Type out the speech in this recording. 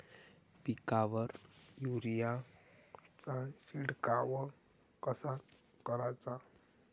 पिकावर युरीया चा शिडकाव कसा कराचा?